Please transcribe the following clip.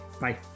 Bye